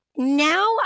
now